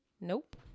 Nope